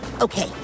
Okay